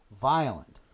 violent